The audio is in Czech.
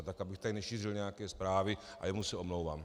Tak abych tady nešířil nějaké zprávy, a jemu se omlouvám.